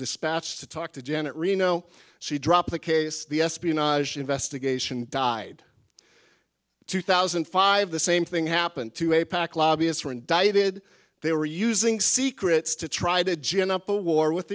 dispatched to talk to janet reno she dropped the case the espionage investigation died two thousand and five the same thing happened to a pack lobbyist for indicted they were using secrets to try to gin up a war with